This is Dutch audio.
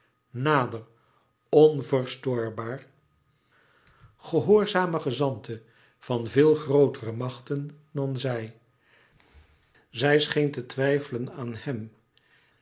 nader onverstoorbaar gehoorzame gezante van veel grootere machten dan zij zij scheen te twijfelen aan hem